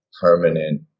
permanent